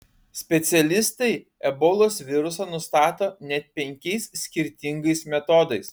specialistai ebolos virusą nustato net penkiais skirtingais metodais